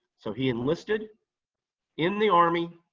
so he enlisted in the army,